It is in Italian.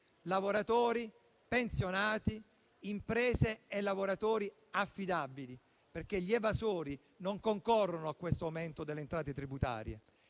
(lavoratori, pensionati, imprese e lavoratori affidabili), perché gli evasori non concorrono a questo aumento delle entrate tributarie.